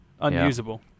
unusable